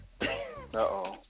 Uh-oh